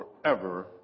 forever